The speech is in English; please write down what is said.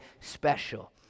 special